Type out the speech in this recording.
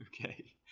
Okay